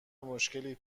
مشکلی